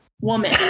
Woman